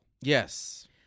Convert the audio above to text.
Yes